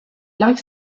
like